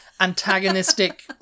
antagonistic